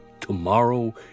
Tomorrow